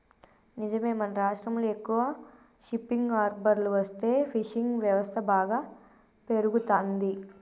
నిజమే మన రాష్ట్రంలో ఎక్కువ షిప్పింగ్ హార్బర్లు వస్తే ఫిషింగ్ వ్యవస్థ బాగా పెరుగుతంది